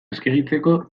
eskegitzeko